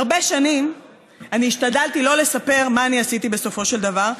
הרבה שנים השתדלתי לא לספר מה עשיתי בסופו של דבר.